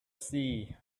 sea